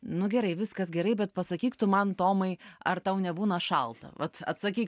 nu gerai viskas gerai bet pasakyk tu man tomai ar tau nebūna šalta vat atsakyk